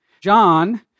John